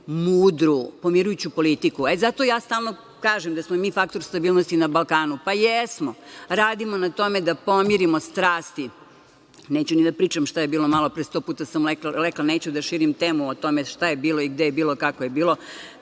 mudru pomirujuću politiku. Zato stalno kažem da smo mi faktor stabilnosti na Balkanu, pa jesmo, radimo na tome da pomirimo strasti. Neću ni da pričam šta je bilo malopre, sto puta sam rekla, neću da širim temu o tome šta je bilo i gde je bilo, kako je bilo,